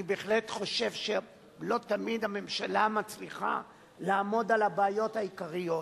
אני בהחלט חושב שלא תמיד הממשלה מצליחה לעמוד על הבעיות העיקריות.